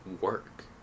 work